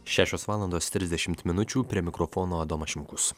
šešios valandos trisdešimt minučių prie mikrofono adomas šimkus